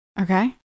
Okay